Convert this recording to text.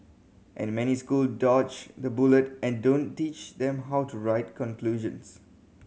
and many school dodge the bullet and don't teach them how to write conclusions